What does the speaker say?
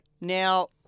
Now